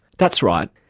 that's right.